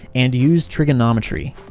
and use trigonometry.